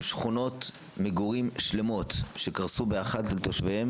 שכונות מגורים שלמות שקרסו באחת על תושביהן